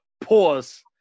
Pause